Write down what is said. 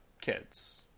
kids